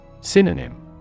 Synonym